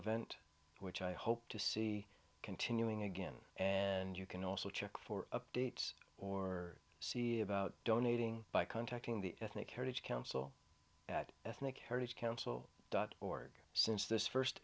event which i hope to see continuing again and you can also check for updates or see about donating by contacting the ethnic heritage council at ethnic heritage council dot org since this first